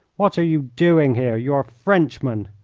what are you doing here? you are frenchmen.